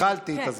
התחלתי את הזמן.